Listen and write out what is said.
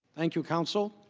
thank you, counsel.